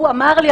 הוא אמר לי,